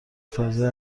فضای